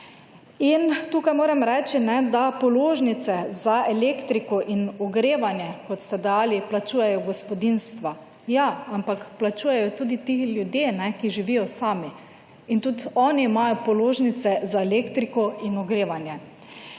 Tukaj moram reči, da položnice za elektriko in ogrevanje kot ste dajali plačujejo gospodinjstva ja, ampak plačujejo tudi ti ljudje, ki živijo sami in tudi oni imajo položnice za elektriko in ogrevanje.